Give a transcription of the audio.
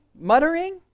muttering